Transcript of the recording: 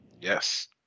Yes